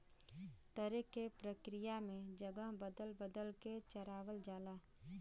तरे के प्रक्रिया में जगह बदल बदल के चरावल जाला